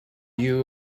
you